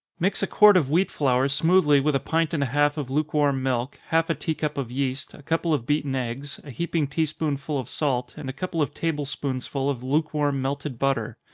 mix a quart of wheat flour smoothly with a pint and a half of lukewarm milk, half a tea-cup of yeast, a couple of beaten eggs, a heaping tea-spoonsful of salt, and a couple of table-spoonsful of lukewarm melted butter.